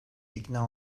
ikna